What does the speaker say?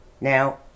Now